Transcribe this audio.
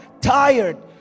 tired